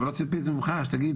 אבל לא ציפיתי ממך שתגיד